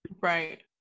Right